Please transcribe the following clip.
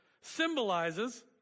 symbolizes